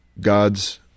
God's